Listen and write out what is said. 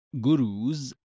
Gurus